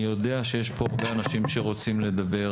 אני יודע שיש כאן הרבה אנשים שרוצים לדבר,